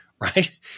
right